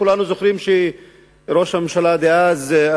כולנו זוכרים שראש הממשלה דאז,